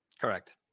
correct